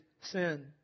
sin